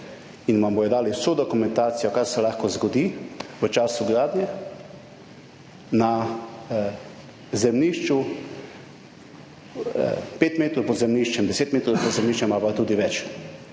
in vam bodo dali vso dokumentacijo, kar se lahko zgodi v času gradnje na zemljišču, 5 metrov pod zemljiščem, 10 metrov pod zemljiščem ali pa tudi več.